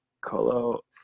Colo